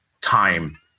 time